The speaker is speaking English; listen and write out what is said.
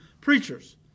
preachers